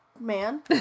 man